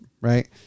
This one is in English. right